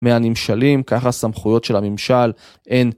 מהנמשלים כך הסמכויות של הממשל.